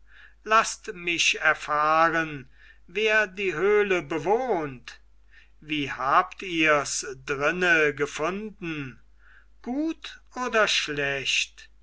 laßt mich erfahren wer die höhle bewohnt wie habt ihrs drinne gefunden gut oder schlecht